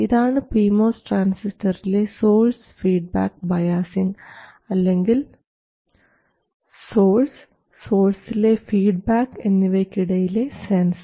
ഇതാണ് P MOS ട്രാൻസിസ്റ്ററിലെ source feedback biasing അല്ലെങ്കിൽ സോഴ്സ് സോഴ്സിലെ ഫീഡ്ബാക്ക് എന്നിവയ്ക്കിടയിലെ സെൻസ്